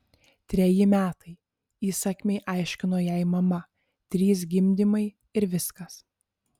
treji metai įsakmiai aiškino jai mama trys gimdymai ir viskas